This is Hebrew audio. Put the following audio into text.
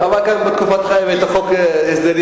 החוק הזה.